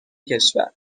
کشور